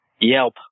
Yelp